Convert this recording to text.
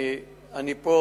אני פה